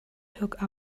took